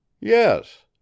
Yes